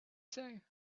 say